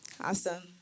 Awesome